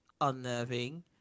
unnerving